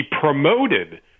promoted